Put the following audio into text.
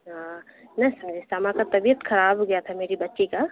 ہاں نہ سر سما کا طبیعت خراب ہو گیا تھا میری بچی کا